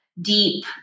deep